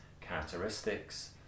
characteristics